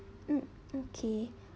mm okay